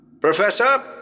Professor